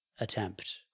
Attempt